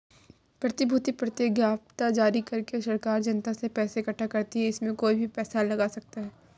प्रतिभूति प्रतिज्ञापत्र जारी करके सरकार जनता से पैसा इकठ्ठा करती है, इसमें कोई भी पैसा लगा सकता है